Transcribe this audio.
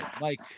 Mike